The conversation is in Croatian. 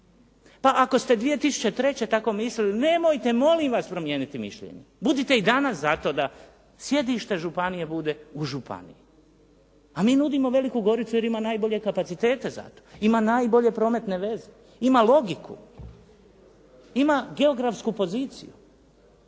Pa ako ste 2003. tako mislili nemojte molim vas promijeniti mišljenje. Budite i danas za to da sjedište županije bude u županiji. A mi nudimo Veliku Goricu jer ima najbolje kapacitete za to. Ima najbolje prometne veze, ima logiku, ima geografsku poziciju.